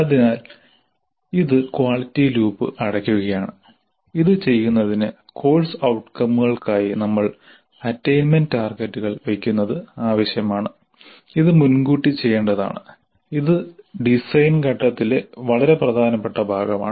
അതിനാൽ ഇത് quality loop അടയ്ക്കുകയാണ് ഇത് ചെയ്യുന്നതിന് കോഴ്സ് ഔട്കമുകൾക്കായി നമ്മൾ അറ്റയ്ന്മെന്റ് ടാർഗെറ്റുകൾ വെക്കുന്നത് ആവശ്യമാണ് ഇത് മുൻകൂട്ടി ചെയ്യേണ്ടതാണ് ഇത് ഡിസൈൻ ഘട്ടത്തിലെ വളരെ പ്രധാനപ്പെട്ട ഭാഗമാണ്